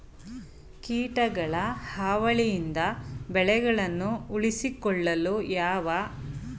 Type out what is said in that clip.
ಕೀಟಗಳ ಹಾವಳಿಯಿಂದ ಬೆಳೆಗಳನ್ನು ಉಳಿಸಿಕೊಳ್ಳಲು ಯಾವ ಮುನ್ನೆಚ್ಚರಿಕೆಗಳನ್ನು ಅನುಸರಿಸಬೇಕು?